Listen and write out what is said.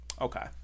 Okay